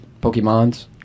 Pokemons